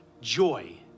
joy